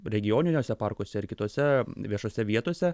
regioniniuose parkuose ir kitose viešose vietose